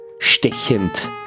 Stechend